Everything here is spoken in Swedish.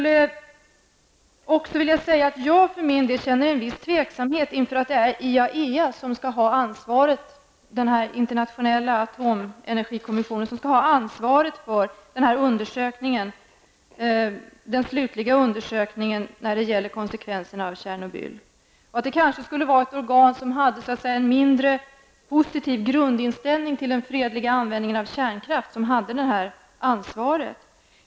Jag för min del känner en viss tveksamhet inför att det är IAEA, den internationella atomenergikommissionen, som skall ha ansvaret för den slutliga undersökningen om konsekvenserna av Tjernobylolyckan. Det borde kanske vara ett organ som hade en mindre positiv grundinställning till den fredliga användningen av kärnkraft som hade ansvaret.